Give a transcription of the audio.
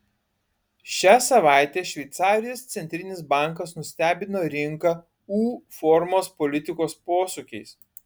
šią savaitę šveicarijos centrinis bankas nustebino rinką u formos politikos posūkiais